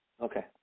Okay